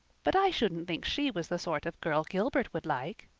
but i shouldn't think she was the sort of girl gilbert would like,